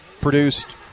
produced